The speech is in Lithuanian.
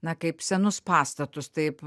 na kaip senus pastatus taip